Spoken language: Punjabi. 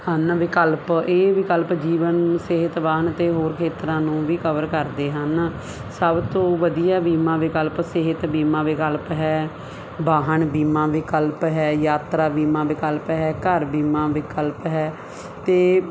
ਹਨ ਵਿਕਲਪ ਇਹ ਵਿਕਲਪ ਜੀਵਨ ਸਿਹਤਵਾਨ ਅਤੇ ਹੋਰ ਖੇਤਰਾਂ ਨੂੰ ਵੀ ਕਵਰ ਕਰਦੇ ਹਨ ਸਭ ਤੋਂ ਵਧੀਆ ਬੀਮਾ ਵਿਕਲਪ ਸਿਹਤ ਬੀਮਾ ਵਿਕਲਪ ਹੈ ਵਾਹਣ ਬੀਮਾ ਵਿਕਲਪ ਹੈ ਯਾਤਰਾ ਬੀਮਾ ਵਿਕਲਪ ਹੈ ਘਰ ਬੀਮਾ ਵਿਕਲਪ ਹੈ ਅਤੇ